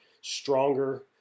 stronger